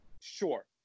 Sure